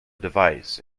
device